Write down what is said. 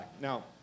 Now